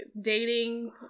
dating